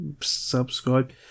subscribe